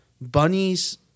bunnies